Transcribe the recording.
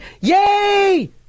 Yay